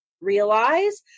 realize